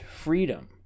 freedom